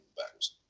backwards